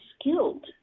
skilled